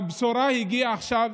הבשורה הגיעה עכשיו,